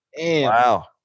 Wow